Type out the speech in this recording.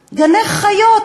גני-חיות,